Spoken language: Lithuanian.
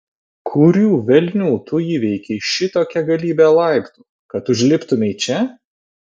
kurių velnių tu įveikei šitokią galybę laiptų kad užliptumei čia